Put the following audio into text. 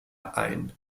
ein